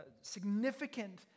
significant